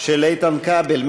של איתן כבל.